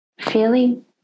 feeling